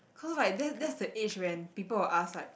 cause like that's that's the age when people will ask like